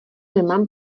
nemám